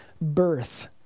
birth